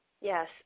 Yes